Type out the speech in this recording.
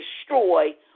destroy